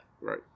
Right